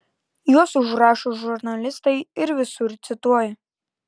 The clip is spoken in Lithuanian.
juos užrašo žurnalistai ir visur cituoja